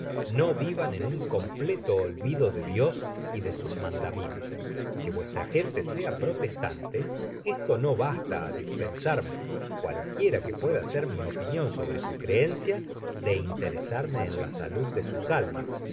no vivan en un completo olvido de dios y de sus mandamientos que vuestra gente sea protestante esto no basta á dispensarme cualquiera que pueda ser mi opinion sobre su creencia de interesarme en la salud de sus almas